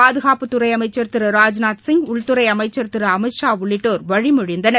பாதுகாப்புத்துறை அமைச்சர் திரு ராஜ்நாத்சிங் உள்துறை அமைச்சர் திரு அமித்ஷா உள்ளிட்டோர் வழிமொழிந்தனர்